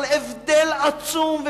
אבל הבדל עצום,